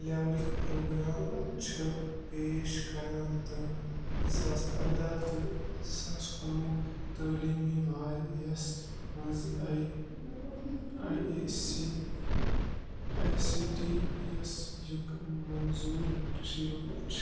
لیولٕکۍ programme چھِ پیش کران تہٕ زٕ ساس ارداہ تہٕ زٕ ساس کُنوُہ تٲلیٖمی وار یَس مَنٛز I I A C I A C T S یُک منظور رٔشیٖد چھُ